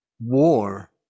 war